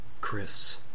Chris